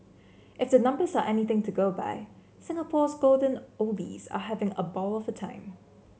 if the numbers are anything to go by Singapore's golden oldies are having a ball of a time